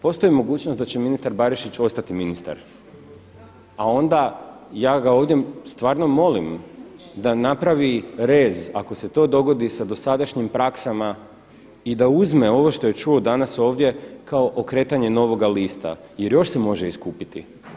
Postoji mogućnost da će ministar Barišić ostati ministar, a onda ja ga ovdje stvarno molim da napravi rez ako se to dogodi sa dosadašnjim praksama i da uzme ovo što je čuo danas ovdje kao okretanje novoga lista, jer još se može iskupiti.